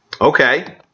Okay